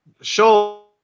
show